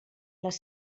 les